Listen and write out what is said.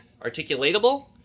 Articulatable